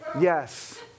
Yes